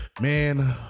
Man